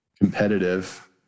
competitive